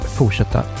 fortsätta